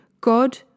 God